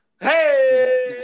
Hey